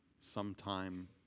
sometime